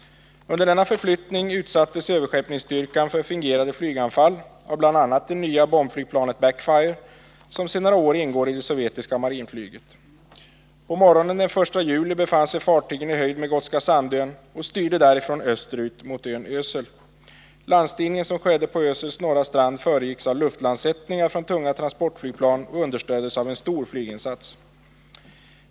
Under denna förflyttning utsattes överskeppningsstyrkan för fingerade flyganfall av bl.a. det nya bombflygplanet Backfire, som sedan några år ingår i det sovjetiska marinflyget. På morgonen den 1 juli befann sig fartygen i höjd med Gotska Sandön och styrde därifrån österut mot ön Ösel. Landstigningen som skedde på Ösels norra strand föregicks av luftlandsättningar från tunga transportflygplan och understöddes av en stor flyginsats.